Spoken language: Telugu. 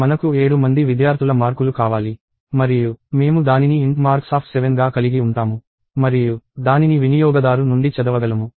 మనకు ఏడు మంది విద్యార్థుల మార్కులు కావాలి మరియు మేము దానిని int marks7 గా కలిగి ఉంటాము మరియు దానిని వినియోగదారు నుండి చదవగలము